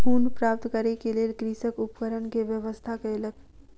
ऊन प्राप्त करै के लेल कृषक उपकरण के व्यवस्था कयलक